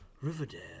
Riverdale